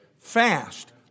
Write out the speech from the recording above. fast